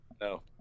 No